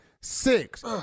Six